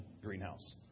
greenhouse